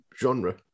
genre